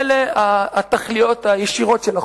אלה התכליות הישירות של החוק,